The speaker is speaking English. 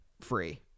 free